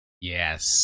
Yes